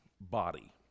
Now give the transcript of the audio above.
body